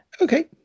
Okay